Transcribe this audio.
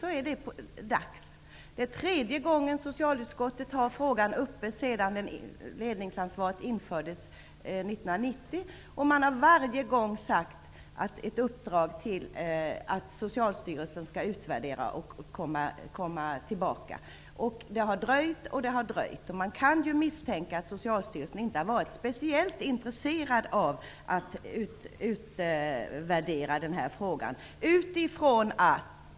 Det är verkligen dags. Det är tredje gången socialutskottet har frågan uppe sedan ledningsansvaret infördes 1990. Varje gång har man sagt att Socialstyrelsen skall komma tillbaka med en utvärdering. Det har dröjt. Man kan misstänka att Socialstyrelsen inte har varit speciellt intresserad av att utvärdera denna reform.